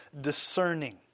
discerning